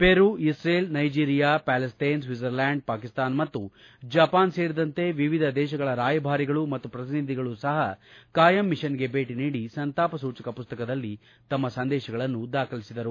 ಪೆರು Israel Nigeria Palestine Switzerland Pakistan ಮತ್ತು Japan ಸೇರಿದಂತೆ ವಿವಿಧ ದೇಶಗಳ ರಾಯಭಾರಿಗಳು ಮತ್ತು ಪ್ರತಿನಿಧಿಗಳು ಸಹ ಖಾಯಂ ವಿಷನ್ಗೆ ಭೇಟಿ ನೀಡಿ ಸಂತಾಪ ಸೂಚಕ ಮಸ್ತಕದಲ್ಲಿ ತಮ್ನ ಸಂದೇಶಗಳನ್ನು ದಾಖಲಿಸಿದರು